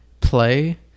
play